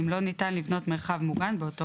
אם לא ניתן לבנות מרחב מוגן באותו